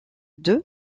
deux